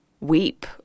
weep